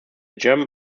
german